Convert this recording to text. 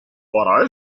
para